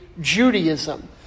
Judaism